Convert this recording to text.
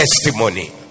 testimony